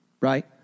Right